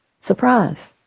Surprise